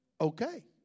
Okay